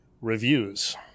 Reviews